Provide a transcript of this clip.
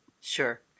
Sure